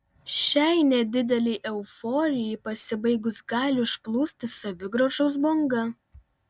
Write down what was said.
šiai nedidelei euforijai pasibaigus gali užplūsti savigraužos banga